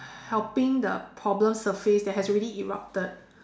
helping the problem surface that has already erupted